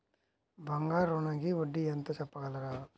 బంగారు ఋణంకి వడ్డీ ఎంతో చెప్పగలరా?